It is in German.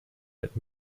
mit